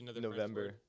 November